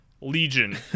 Legion